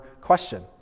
question